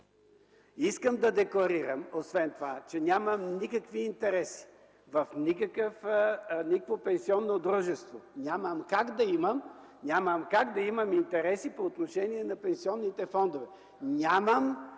Искам да декларирам освен това, че нямам никакви интереси в никакво пенсионно дружество. Нямам как да имам. Нямам как да имам интереси по отношение на пенсионните фондове.